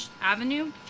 Avenue